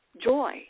joy